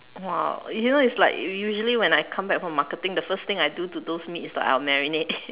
!wow! you know it's like u~ usually when I come back from marketing the first thing I do to those meat is like I will marinade